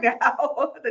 now